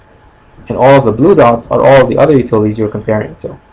and all of the blue dots are all of the other utilities you are comparing to.